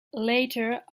later